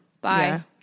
Bye